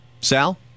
Sal